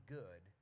good